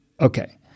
Okay